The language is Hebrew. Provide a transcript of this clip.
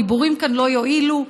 דיבורים כאן לא יועילו,